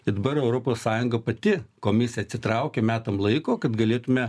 ir dabar europos sąjunga pati komisija atsitraukė metam laiko kad galėtume